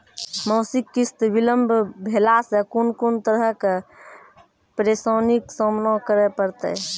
मासिक किस्त बिलम्ब भेलासॅ कून कून तरहक परेशानीक सामना करे परतै?